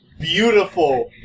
beautiful